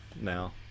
now